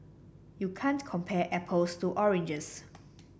you can't compare apples to oranges